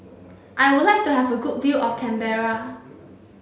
I would like to have a good view of Canberra